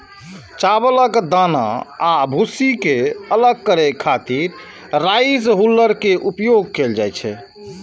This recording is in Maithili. चावलक दाना आ भूसी कें अलग करै खातिर राइस हुल्लर के उपयोग कैल जाइ छै